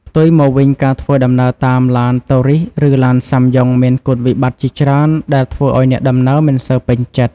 ផ្ទុយមកវិញការធ្វើដំណើរតាមឡានតូរីសឬឡានសាំយ៉ុងមានគុណវិបត្តិជាច្រើនដែលធ្វើឱ្យអ្នកដំណើរមិនសូវពេញចិត្ត។